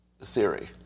theory